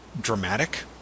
dramatic